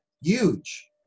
Huge